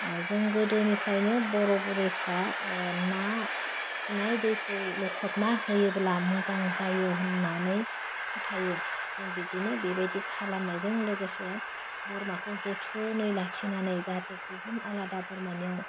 जों गोदोनिफ्रायनो बर' बुरैफ्रा ओह ना सुनाय दैखौ लखबना होयोब्ला मोजां जायो होननानै फोथायो जों बिदिनो बेबायदि खालामनायजों लोगोसे बोरमाखौ जोथोनै लाखिनानै जाहाथे गुबुन आलादा बोरमानियाव